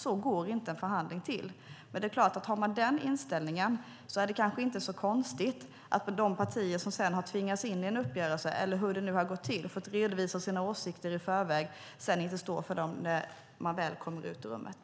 Så går inte en förhandling till. Men det är klart att har man den inställningen är det kanske inte så konstigt att de partier som sedan har tvingats in i en uppgörelse, eller hur det nu har gått till, fått redovisa sina åsikter i förväg och sedan inte står för dem när de väl kommer ut ur rummet.